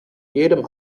jedem